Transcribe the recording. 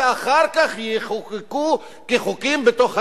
ואחר כך יחוקקו כחוקים בתוך הכנסת,